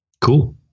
cool